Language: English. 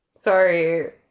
Sorry